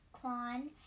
Kwan